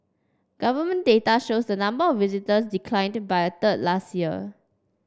government data shows the number of visitors declined by a third last year